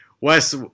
Wes